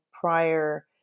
prior